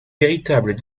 véritable